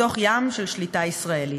בתוך ים של שליטה ישראלית.